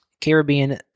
Caribbean